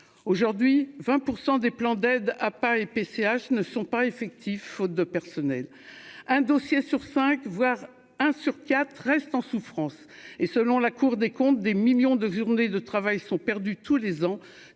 aujourd'hui 20 % des plans d'aide à pas et PCH ne sont pas effectif, faute de personnel, un dossier sur 5, voire un sur quatre restent en souffrance et selon la Cour des comptes, des millions de journées de travail sont perdues tous les ans,